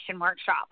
workshop